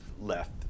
left